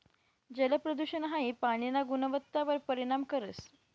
जलप्रदूषण हाई पाणीना गुणवत्तावर परिणाम करस